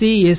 C S